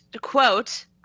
quote